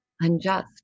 unjust